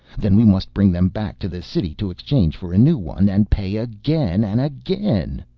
then we must bring them back to the city to exchange for a new one, and pay again and again.